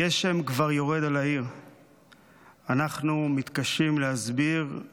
// הגשם כבר יורד על העיר / אנחנו מתקשים להסביר /